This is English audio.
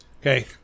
Okay